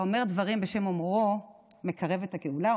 האומר דברים בשם אומרו מקרב את הגאולה,